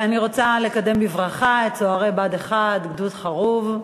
אני רוצה לקדם בברכה את צוערי בה"ד 1, גדוד חרוב,